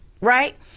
Right